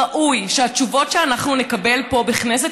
ראוי שהתשובות שאנחנו נקבל פה בכנסת